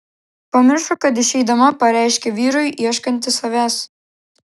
pamiršo kad išeidama pareiškė vyrui ieškanti savęs